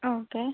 okay